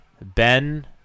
Ben